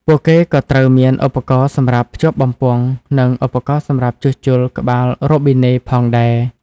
ពួកគេក៏ត្រូវមាន ឧបករណ៍សម្រាប់ភ្ជាប់បំពង់ និង ឧបករណ៍សម្រាប់ជួសជុលក្បាលរ៉ូប៊ីណេ ផងដែរ។